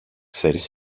ξέρεις